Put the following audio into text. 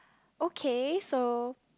okay so